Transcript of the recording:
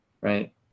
right